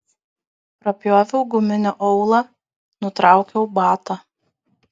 prapjoviau guminio aulą nutraukiau batą